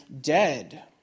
dead